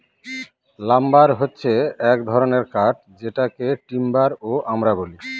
lumber হছে এক ধরনের কাঠ যেটাকে টিম্বার ও আমরা বলি